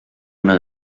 una